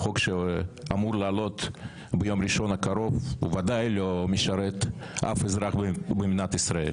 החוק שאמור להעלות ביום ראשון הקרוב ודאי לא ישרת אף אזרח במדינת ישראל.